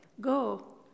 Go